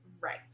Right